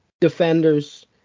defenders